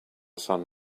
son